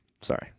Sorry